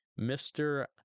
Mr